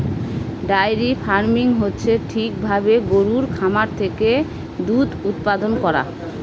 diary farming হচ্ছে ঠিক ভাবে গরুর খামার থেকে দুধ উৎপাদান করা